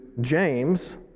James